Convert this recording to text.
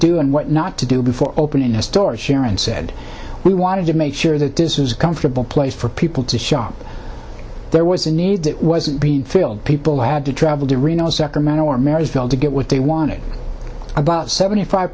do and what not to do before opening a store sharon said we wanted to make sure that this was a comfortable place for people to shop there was a need that wasn't being filled people had to travel to reno sacramento or marysville to get what they wanted about seventy five